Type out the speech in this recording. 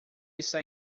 estar